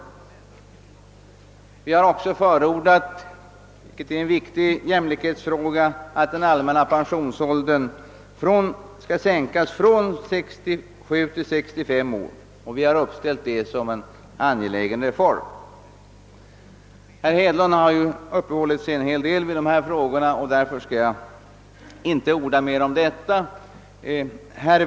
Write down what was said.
Likaså har vi förordat att den allmänna pensionsåldern sänkes från 67 till 65 år. Det är ju en viktig jämlikhetsfråga, och vi har uppställt den som en angelägen reform. Eftersom herr Hedlund uppehöll sig ganska utförligt vid den frågan skall jag här inte orda mer om den.